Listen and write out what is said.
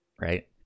Right